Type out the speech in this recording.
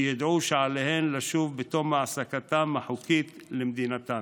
שידעו שעליהן לשוב בתום העסקתן החוקית למדינתן.